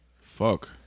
Fuck